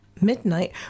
Midnight